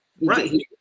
Right